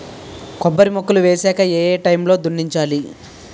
కొబ్బరి మొక్కలు వేసాక ఏ ఏ టైమ్ లో దున్నించాలి?